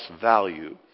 value